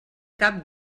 cap